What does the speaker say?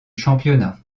championnat